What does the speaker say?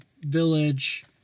village